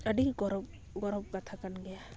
ᱟᱹᱰᱤ ᱜᱚᱨᱚᱵ ᱜᱚᱨᱚᱵ ᱠᱟᱛᱷᱟ ᱠᱟᱱ ᱜᱮᱭᱟ